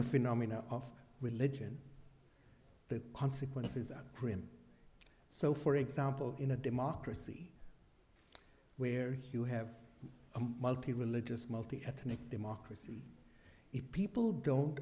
the phenomena of religion the consequences are grim so for example in a democracy where you have a multi religious multi ethnic democracy if people don't